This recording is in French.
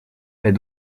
est